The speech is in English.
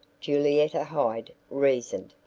julietta hyde reasoned.